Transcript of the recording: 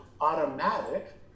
automatic